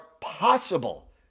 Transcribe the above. possible